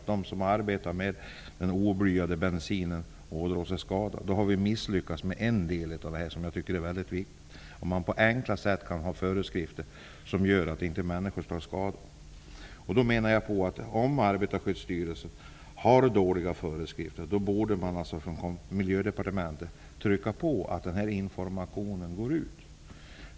Om de som arbetar med den oblyade bensinen ådrar sig skador har vi misslyckats med en del som jag tycker är mycket viktig. Man kan på ett enkelt sätt utfärda föreskrifter som gör att människor inte tar skada. Om Arbetarskyddsstyrelsen har dåliga föreskrifter borde Miljödepartementet trycka på så att information går ut.